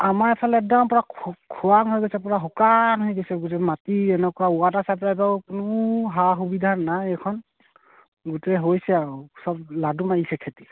আমাৰ এফালে একদম পূৰা খৰাং হৈ গৈছে পূৰা শুকান হৈ গৈছে গোটেই মাটি এনেকুৱা ৱাটাৰ চাপ্লাই পৰাও কোনো সা সুবিধা নাই এইখন গোটেই হৈছে আৰু সব লাডু মাৰিছে খেতি